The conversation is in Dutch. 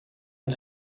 een